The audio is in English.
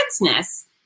fitness